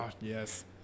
Yes